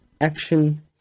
action